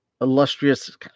illustrious